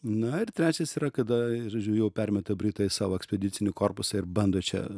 na ir trečias yra kada žodžiu jau permeta britai savo ekspedicinį korpusą ir bando čia